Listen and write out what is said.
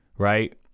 Right